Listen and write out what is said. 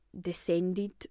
descended